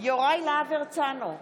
יוראי להב הרצנו,